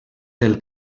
del